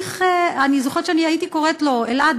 אני זוכרת שאני הייתי קוראת לו: אלעד,